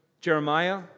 Jeremiah